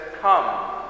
Come